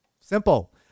Simple